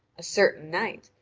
a certain knight,